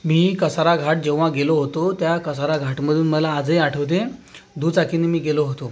मी कसाराघाट जेव्हा गेलो होतो त्या कसाराघाटमधून मला आजही आठवते दुचाकींनी मी गेलो होतो